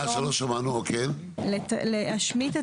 להשמיט את